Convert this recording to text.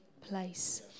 place